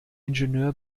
ingenieur